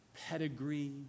pedigree